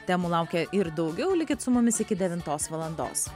temų laukia ir daugiau likit su mumis iki devintos valandos